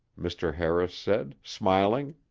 mr. harris said, smiling.